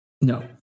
No